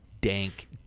dank